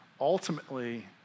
ultimately